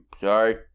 Sorry